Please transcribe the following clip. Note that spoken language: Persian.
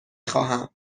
خواهم